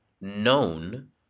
known